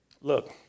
Look